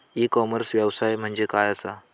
E commerce व्यवसाय म्हणजे काय असा?